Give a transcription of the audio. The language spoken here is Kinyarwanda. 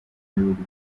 w’ibihugu